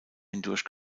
hindurch